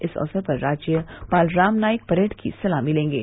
इस अवसर पर राज्यपाल राम नाईक परेड की सलामी लेंगे